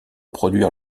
produire